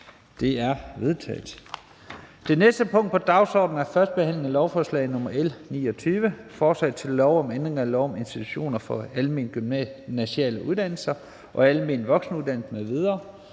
Det er vedtaget. --- Det næste punkt på dagsordenen er: 7) 1. behandling af lovforslag nr. L 29: Forslag til lov om ændring af lov om institutioner for almengymnasiale uddannelser og almen voksenuddannelse m.v.